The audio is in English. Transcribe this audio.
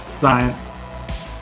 Science